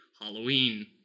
Halloween